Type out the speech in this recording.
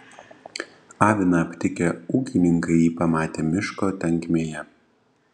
aviną aptikę ūkininkai jį pamatė miško tankmėje